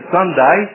Sunday